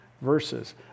verses